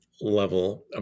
level